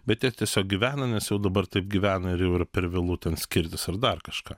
bet jie tiesiog gyvena nes jau dabar taip gyvena ir jau yra per vėlu ten skirtis ar dar kažką